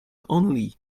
only